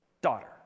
Daughter